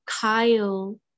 Kyle